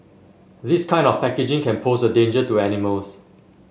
this kind of packaging can pose a danger to animals